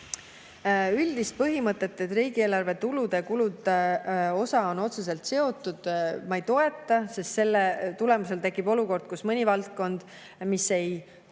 Üldist põhimõtet, et riigieelarve tulud ja kulud on otseselt seotud, ma ei toeta. Selle tulemusel tekiks olukord, kus mõni valdkond, mis ei